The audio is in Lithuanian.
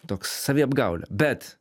toks saviapgaulė bet